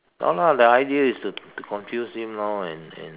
no lah the idea is to to confuse him now and and